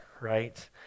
right